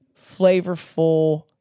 flavorful